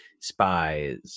spies